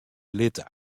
litte